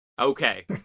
Okay